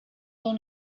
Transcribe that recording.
dans